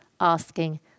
asking